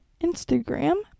Instagram